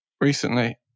recently